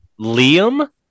Liam